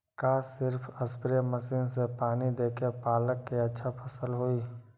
का सिर्फ spray machine से पानी देके पालक के अच्छा फसल होई?